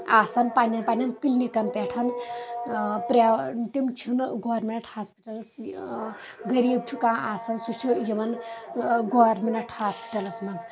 آسان پنٕنٮ۪ن پنٕنٮ۪ن کٕلنکن پٮ۪ٹھ پریوٹ تِم چھنہٕ گورمنٹ ہاسپٹلس غریٖب چھُ کانٛہہ آسان سُہ چھُ یِوان گورمنٹ ہاسپٹلس منٛز